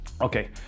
Okay